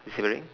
disappearing